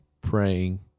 praying